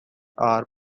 are